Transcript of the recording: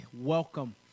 welcome